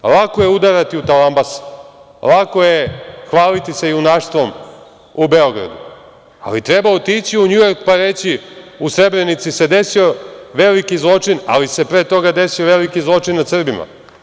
Lako je udarati u talambase, lako je hvaliti se junaštvom u Beogradu ali treba otići u Njujork, pa reći u Srebrenici se desio veliki zločin, ali se pre toga desio veliki zločin nad Srbima.